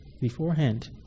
beforehand